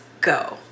go